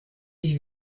sich